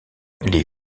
les